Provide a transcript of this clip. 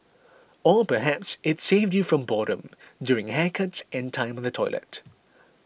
or perhaps it saved you from boredom during haircuts and time on the toilet